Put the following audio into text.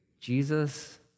Jesus